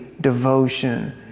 devotion